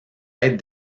être